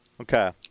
Okay